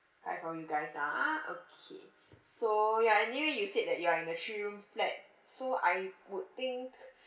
five of you guys ah okay so ya anyway you said that you are in a three room flat so I would think